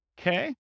Okay